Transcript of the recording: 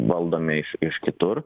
valdomi iš iš kitur